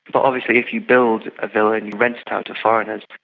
but obviously if you build a villa and you rent it out to foreigners,